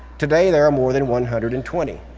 today there are more than one hundred and twenty.